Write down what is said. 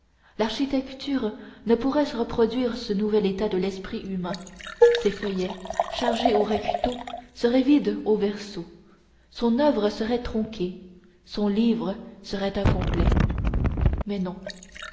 l'architecture ne pourrait reproduire ce nouvel état de l'esprit humain ses feuillets chargés au recto seraient vides au verso son oeuvre serait tronquée son livre serait incomplet mais non